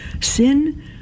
sin